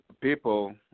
people